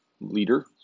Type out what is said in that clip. leader